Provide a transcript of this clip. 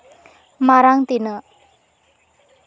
ᱢᱟᱲᱟᱝ ᱛᱮᱱᱟᱜ